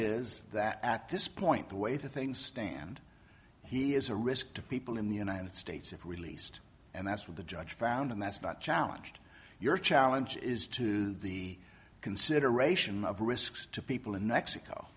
is that at this point the way things stand he is a risk to people in the united states if released and that's what the judge found and that's not challenged your challenge is to the consideration of risks to people in mexico